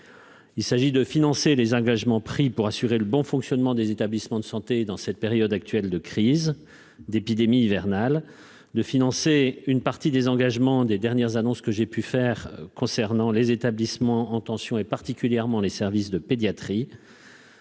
il s'agit de financer les engagements pris pour assurer le bon fonctionnement des établissements de santé, dans cette période actuelle de crise d'épidémies hivernales de financer une partie des engagements des dernières annonces que j'ai pu faire concernant les établissements en tension et particulièrement les services de pédiatrie.